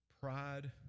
Pride